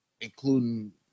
including